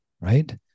right